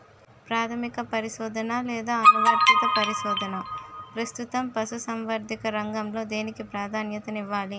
ప్రాథమిక పరిశోధన లేదా అనువర్తిత పరిశోధన? ప్రస్తుతం పశుసంవర్ధక రంగంలో దేనికి ప్రాధాన్యత ఇవ్వాలి?